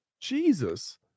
Jesus